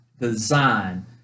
Design